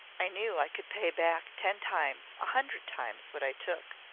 i knew i could pay back ten times a hundred times what i took.